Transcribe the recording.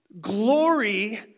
glory